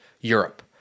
Europe